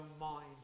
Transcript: mind